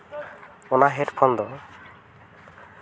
ᱚᱱᱟ ᱦᱮᱹᱰᱯᱷᱳᱱ ᱫᱚ